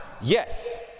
yes